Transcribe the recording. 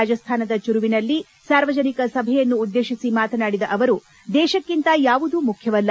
ರಾಜಸ್ತಾನದ ಚುರುವಿನಲ್ಲಿ ಸಾರ್ವಜನಿಕ ಸಭೆಯನ್ನುದ್ಲೇಶಿಸಿ ಮಾತನಾಡಿದ ಅವರು ದೇಶಕ್ಕಿಂತ ಯಾವುದೂ ಮುಖ್ಲವಲ್ಲ